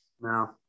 No